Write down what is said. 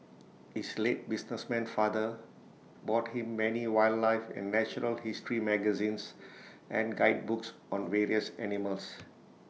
his late businessman father bought him many wildlife and natural history magazines and guidebooks on various animals